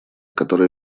которая